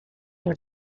los